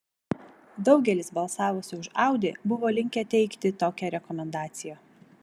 daugelis balsavusių už audi buvo linkę teikti tokią rekomendaciją